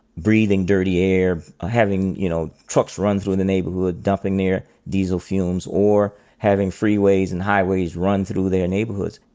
breathing dirty air, having, you know, trucks run through the neighborhood, dumping their diesel fumes, or having freeways and highways run through their neighborhoods.